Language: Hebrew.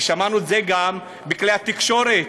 שמענו את זה גם בכלי התקשורת.